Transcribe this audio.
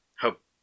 hope